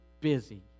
busy